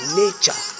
nature